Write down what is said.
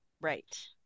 Right